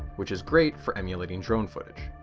which is great for emulating drone footage.